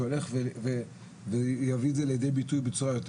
שהולך ויביא את זה לידי ביטוי בצורה יותר